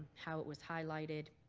how it was highlighted.